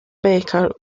becker